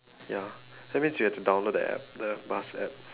ya that means you have to download the app the bus app